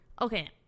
okay